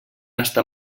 està